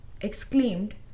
exclaimed